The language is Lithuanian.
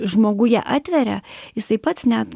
žmoguje atveria jisai pats net